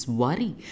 worry